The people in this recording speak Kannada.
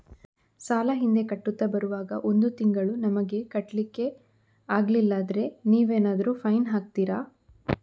ಸಾಲ ಹಿಂದೆ ಕಟ್ಟುತ್ತಾ ಬರುವಾಗ ಒಂದು ತಿಂಗಳು ನಮಗೆ ಕಟ್ಲಿಕ್ಕೆ ಅಗ್ಲಿಲ್ಲಾದ್ರೆ ನೀವೇನಾದರೂ ಫೈನ್ ಹಾಕ್ತೀರಾ?